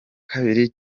kabiri